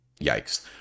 yikes